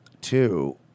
Two